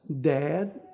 dad